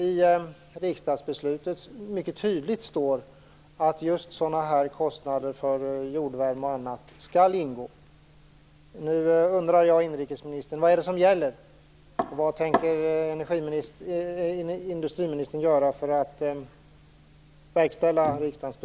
I riksdagsbeslutet står det däremot mycket tydligt att just kostnader för jordvärme och annat skall ingå.